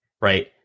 Right